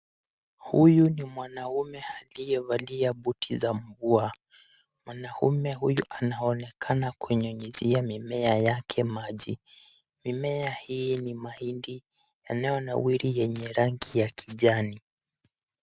Huyu ni mwanaume aliyevalia buti za mvua. Mwanaume huyu anaonekana kunyunyizia mimea yake maji, mimea hii ni mahindi yanayonawiri yenye rangi ya kijani.